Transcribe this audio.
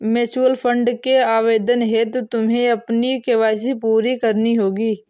mutual fund के आवेदन हेतु तुम्हें अपनी के.वाई.सी पूरी करनी होगी